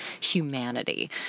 humanity